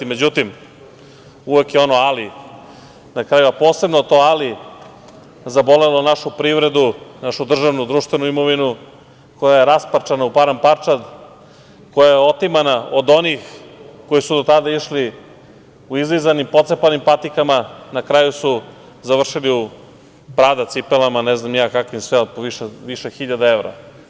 Međutim, uvek je ono „ali“ na kraju, a posebno to „ali“ je zabolelo našu privredu, našu državnu, društvenu imovinu koja je rasparčana u param parčad, koja je otimana od onih koji su do tada išli u izlizanim, pocepanim patikama, na kraju su završili u „Prada“ cipelama, ne znam ni ja kakvim sve, od po više hiljada evra.